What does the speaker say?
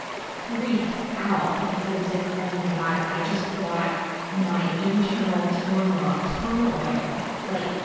freaked out, because i was like oh my god. i just brought my internal turmur, um turmoil, like,